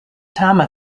tama